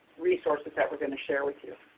resources that we're going to share with you.